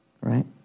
right